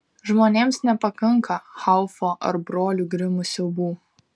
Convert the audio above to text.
žmonėms nepakanka haufo ar brolių grimų siaubų